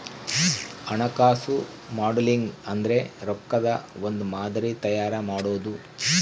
ಹಣಕಾಸು ಮಾಡೆಲಿಂಗ್ ಅಂದ್ರೆ ರೊಕ್ಕದ್ ಒಂದ್ ಮಾದರಿ ತಯಾರ ಮಾಡೋದು